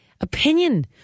opinion